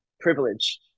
privilege